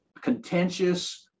contentious